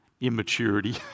immaturity